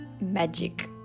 magic